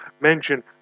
mention